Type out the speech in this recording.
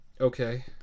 Okay